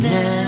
Now